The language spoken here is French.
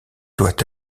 doit